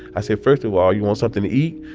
i said, first of all, you want something to eat?